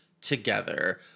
together